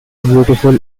beautiful